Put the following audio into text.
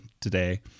today